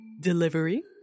Delivery